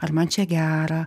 ar man čia gera